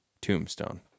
Tombstone